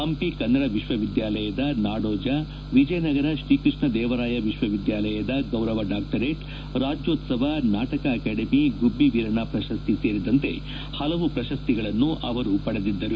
ಹಂಪಿಕನ್ನಡ ವಿವಿಯ ನಾಡೋಜ ವಿಜಯನಗರ ಶ್ರೀಕೃಷ್ಣ ದೇವರಾಯ ವಿಶ್ವವಿದ್ಯಾಯಲಯದ ಗೌರವ ಡಾಕ್ಟರೇಟ್ ರಾಜ್ಯೋತ್ಸವ ನಾಟಕ ಅಕಾಡೆಮಿ ಗುಬ್ಬಿ ವೀರಣ್ಣ ಪ್ರಕಸ್ತಿ ಸೇರಿದಂತೆ ಹಲವು ಪ್ರಶಸ್ತಿಗಳನ್ನು ಅವರು ಪಡೆದಿದ್ದರು